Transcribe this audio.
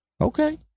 Okay